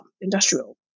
industrial